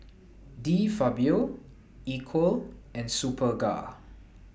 De Fabio Equal and Superga